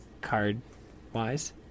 card-wise